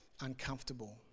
uncomfortable